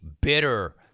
bitter